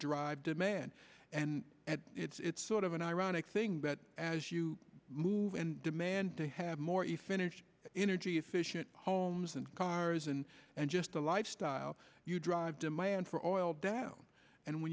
drive demand and and it's sort of an ironic thing but as you move and demand to have more you finish energy efficient homes and cars and and just the lifestyle you drive demand for oil down and when